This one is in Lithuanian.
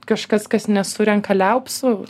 kažkas kas nesurenka liaupsių